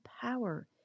power